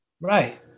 Right